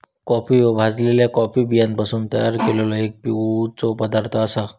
coffee ह्यो भाजलल्या coffee बियांपासून तयार केललो एक पिवचो पदार्थ आसा